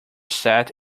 sat